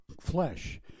flesh